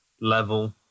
level